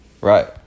Right